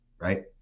right